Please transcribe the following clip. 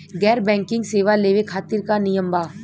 गैर बैंकिंग सेवा लेवे खातिर का नियम बा?